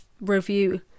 review